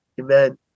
amen